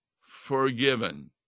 forgiven